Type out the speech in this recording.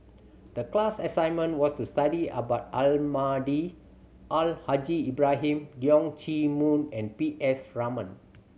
the class assignment was to study about Almahdi Al Haj Ibrahim Leong Chee Mun and P S Raman